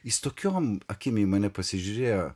jis tokiom akim į mane pasižiūrėjo